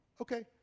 Okay